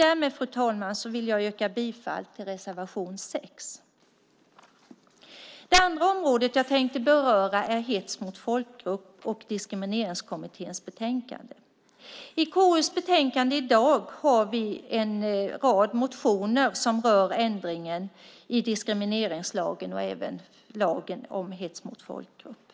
Därmed, fru talman, yrkar jag bifall till reservation 6. Det andra området som jag tänkte beröra är hets mot folkgrupp och Diskrimineringskommitténs betänkande. I KU:s betänkande i dag finns en rad motioner som rör ändringen i diskrimineringslagen och även lagen om hets mot folkgrupp.